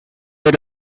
the